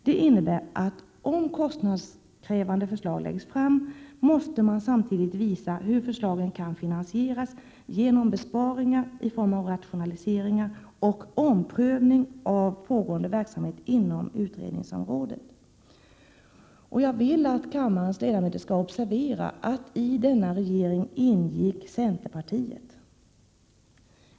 Det innebär att om kostnadskrävande förslag läggs fram måste samtidigt visas hur förslagen kan finansieras genom besparingar i form av rationaliseringar och omprövning av pågående verksamhet inom utredningsområdet.” Jag vill att kammarens ledamöter skall observera att i denna regering ingick centerpartiet.